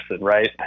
right